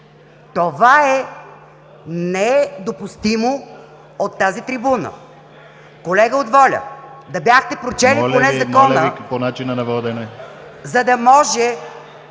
това е недопустимо от тази трибуна. Колега от „Воля“, да бяхте прочели поне Закона, …